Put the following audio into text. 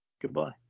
goodbye